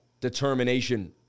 determination